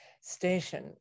station